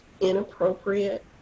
inappropriate